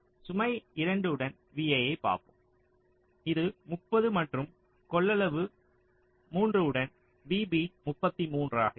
சுமை 2 உடன் VA ஐப் பார்ப்போம் இது 30 மற்றும் கொள்ளளவு 3 உடன் VB 33 ஆகும்